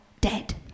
dead